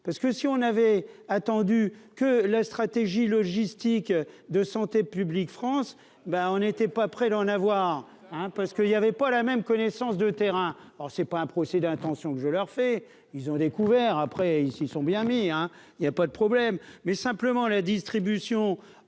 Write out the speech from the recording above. parce que si on avait attendu que la stratégie logistique de santé publique France ben on n'était pas prêt d'en avoir, hein, parce qu'il y avait pas la même connaissance de terrain, alors c'est pas un procès d'intention que je leur fais, ils ont découvert, après il s'ils sont bien mis, hein, il y a pas de problème, mais simplement à la distribution